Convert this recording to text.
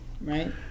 right